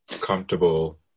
comfortable